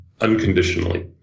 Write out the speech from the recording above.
unconditionally